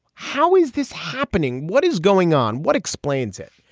how is this happening? what is going on? what explains it?